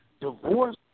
divorce